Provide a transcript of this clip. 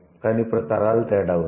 కాని ఇప్పుడు తరాల తేడా ఉంది